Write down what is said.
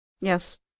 Yes